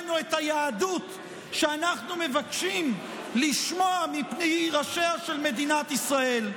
בעבורנו את היהדות שאנחנו מבקשים לשמוע מפי ראשיה של מדינת ישראל.